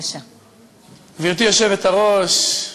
גברתי היושבת-ראש,